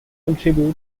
contribute